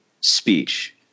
speech